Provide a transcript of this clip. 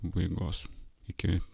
pabaigos iki